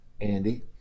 Andy